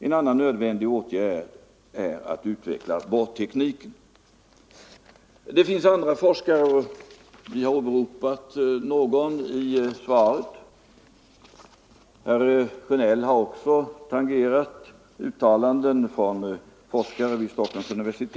En annan nödvändig åtgärd är att utveckla borrtekniken.” Det finns andra forskare som uttalat sig. Jag har åberopat detta i svaret. Herr Sjönell har också tangerat uttalanden från forskare vid Stockholms universitet.